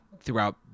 throughout